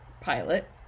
Pilot